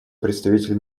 представитель